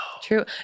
True